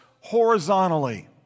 horizontally